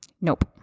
Nope